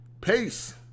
Peace